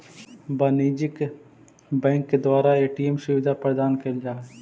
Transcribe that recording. वाणिज्यिक बैंक के द्वारा ए.टी.एम सुविधा प्रदान कैल जा हइ